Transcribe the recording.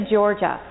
Georgia